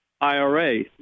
IRA